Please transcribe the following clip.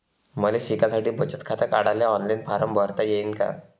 मले शिकासाठी बचत खात काढाले ऑनलाईन फारम भरता येईन का?